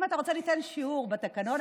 אם אתה רוצה, ניתן שיעור בתקנון.